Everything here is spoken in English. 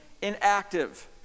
Inactive